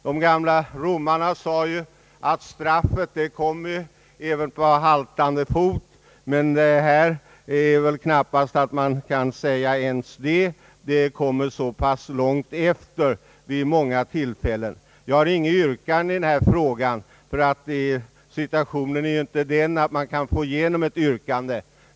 De gamla romarna sade att straffet kommer om än på haltande fot, men här kan man knappast säga ens det, ty det kommer vid många tillfällen mycket långt efter. Jag har, herr talman, inget yrkande i denna fråga, då ju situationen inte är sådan att jag nu kan få igenom ett yrkande.